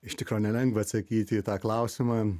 iš tikro nelengva atsakyti į tą klausimą